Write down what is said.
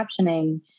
captioning